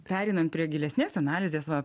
pereinam prie gilesnės analizės va